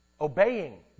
Obeying